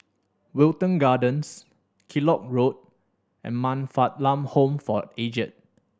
Wilton Gardens Kellock Road and Man Fatt Lam Home for Aged